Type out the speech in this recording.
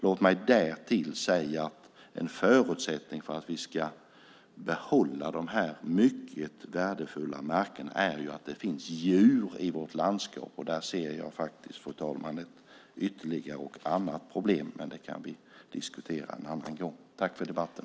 Låt mig därtill säga att en förutsättning för att vi ska behålla dessa mycket värdefulla marker är att det finns djur i vårt landskap. Där ser jag, fru talman, ett ytterligare och annat problem, men det kan vi diskutera en annan gång. Tack för debatten!